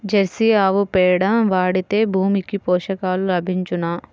Jersey ఆవు పేడ వాడితే భూమికి పోషకాలు లభించునా?